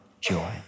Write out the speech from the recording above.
joy